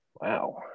Wow